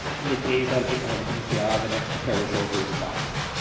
and they gaze out at the atlantic, and they say, ah the next parish over is boston,